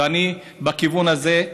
ואני בכיוון הזה.